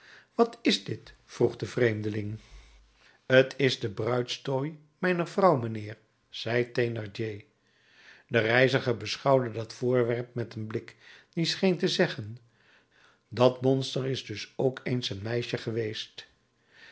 wat is dit vroeg de vreemdeling t is de bruidstooi mijner vrouw mijnheer zei thénardier de reiziger beschouwde dat voorwerp met een blik die scheen te zeggen dat monster is dus ook eens een meisje geweest